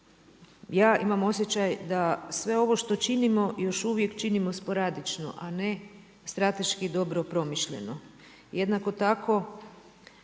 Ja imam osjećaj da sve ono što činimo još uvijek činimo sporadično, a ne strateški dobro promišljeno. Jednako tako,